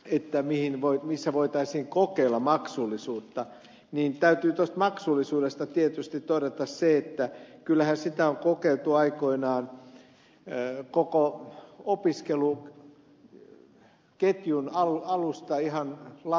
mäkelä viittasi siihen missä voitaisiin kokeilla maksullisuutta niin täytyy tuosta maksullisuudesta tietysti todeta se että kyllähän sitä on kokeiltu aikoinaan koko opiskeluketjun alusta ihan latvaan saakka